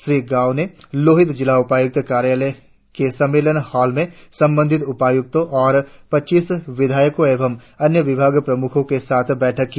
श्री गाओ ने लोहित जिला उपायुक्त कार्यालय के सम्मेलन हॉल में संबंधित उपायुक्तों और पचीस विधायको एवं अन्य विभागीय प्रमुखो के साथ बैठक की